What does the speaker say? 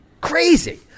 crazy